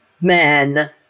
men